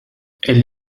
elle